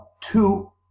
two